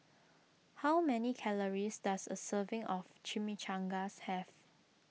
how many calories does a serving of Chimichangas have